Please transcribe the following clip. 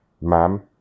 ma'am